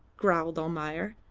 growled almayer.